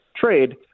trade